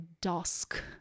dusk